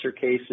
cases